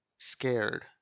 scared